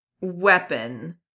weapon